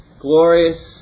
glorious